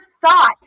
thought